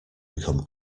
become